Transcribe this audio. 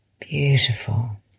Beautiful